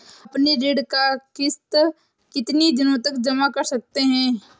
अपनी ऋण का किश्त कितनी दिनों तक जमा कर सकते हैं?